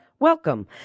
Welcome